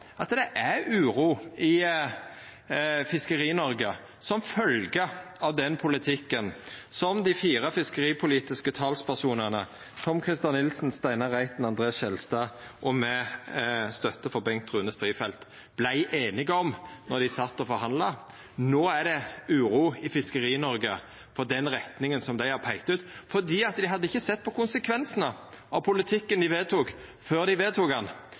at det er uro i Fiskeri-Noreg som følgje av den politikken som dei fire fiskeripolitiske talspersonane Tom-Christer Nilsen, Steinar Reiten, André N. Skjelstad – og med støtte frå Bengt Rune Strifeldt – vart einige om då dei sat og forhandla. No er det uro i Fiskeri-Noreg for den retninga som dei har peikt ut, for dei hadde ikkje sett på konsekvensane av politikken dei vedtok, før dei vedtok han.